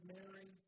Mary